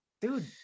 dude